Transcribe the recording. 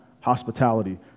hospitality